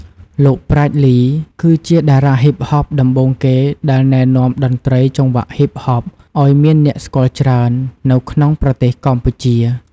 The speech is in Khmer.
លោក ប្រាជ្ញ លី គឺជាតារាហុីបហបដំបូងគេដែលណែនាំតន្ត្រីចង្វាក់ហុីបហបអោយមានអ្នកស្គាល់ច្រើន នៅក្នុងប្រទេសកម្ពុជា។